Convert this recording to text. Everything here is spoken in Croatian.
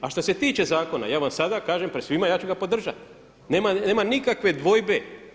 A što se tiče zakona, ja vam sada kažem pred svima ja ću ga podržati, nema nikakve dvojbe.